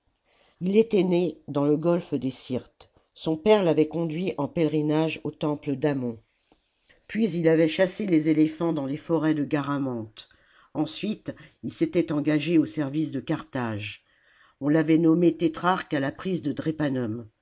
ii était né dans le golfe des syrtes son père l'avait conduit en pèlerinage au temple d'ammon puis il avait chassé les éléphants dans les forêts des garamantes ensuite il s'était engagé au service de carthage on l'avait nommé tétrarque à la prise de drépanum